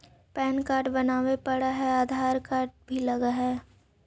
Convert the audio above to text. Pan card बनावे पडय है आधार कार्ड भी लगहै?